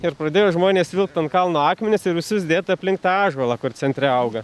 ir pradėjo žmonės vilkt ant kalno akmenis ir visus dėti aplink tą ąžuolą kur centre auga